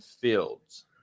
fields